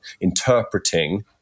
interpreting